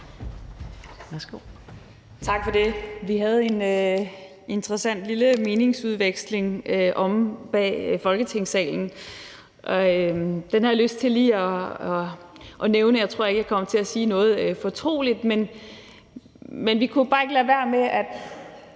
Tak for det. Vi havde en interessant lille meningsudveksling omme bag Folketingssalen, og den har jeg lyst til lige at nævne – jeg tror ikke, jeg kommer til at sige noget fortroligt. Men vi kunne bare ikke lade være med at